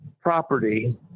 property